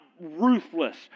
ruthless